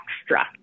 extra